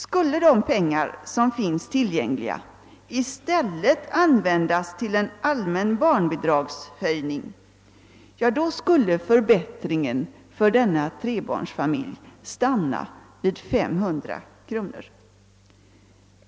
Skulle de pengar som finns tillgängliga i stället användas till en allmän barnbidragshöjning, skulle förbättringen för denna trebarnsfamilj stanna vid 500 kronor.